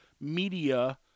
media